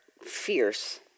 fierce